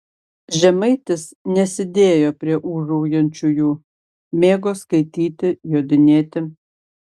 žemaitis nesidėjo prie ūžaujančiųjų mėgo skaityti jodinėti